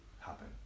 happen